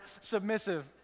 submissive